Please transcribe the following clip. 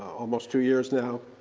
almost two years now.